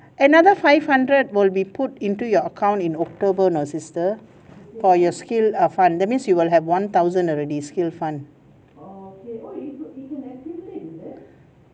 another five hundred will be put into your account in october know sister for your skill err fund that means you will have one thousand already skill fund